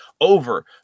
over